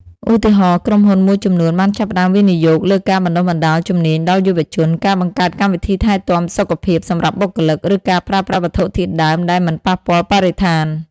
ឧទាហរណ៍ ក្រុមហ៊ុនមួយចំនួនបានចាប់ផ្តើមវិនិយោគលើការបណ្តុះបណ្តាលជំនាញដល់យុវជន ការបង្កើតកម្មវិធីថែទាំសុខភាពសម្រាប់បុគ្គលិក ឬការប្រើប្រាស់វត្ថុធាតុដើមដែលមិនប៉ះពាល់បរិស្ថាន ។